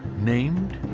named